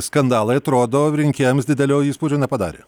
skandalai atrodo rinkėjams didelio įspūdžio nepadarė